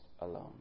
alone